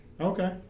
Okay